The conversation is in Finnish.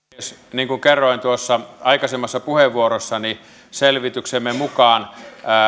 niin kuin kerroin tuossa aikaisemmassa puheenvuorossani selvityksemme mukaan